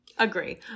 agree